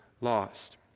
lost